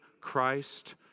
Christ